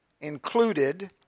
included